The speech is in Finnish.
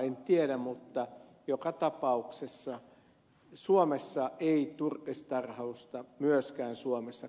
en tiedä mutta joka tapauksessa myöskään suomessa ei turkistarhausta